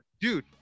Dude